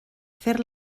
fer